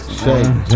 shake